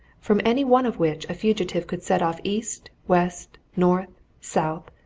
from any one of which a fugitive could set off east, west, north, south,